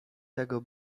tego